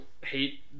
hate